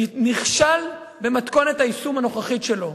נכשל במתכונת היישום הנוכחית שלו.